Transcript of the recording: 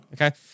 okay